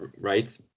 Right